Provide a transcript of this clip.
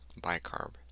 bicarb